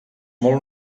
molt